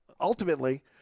ultimately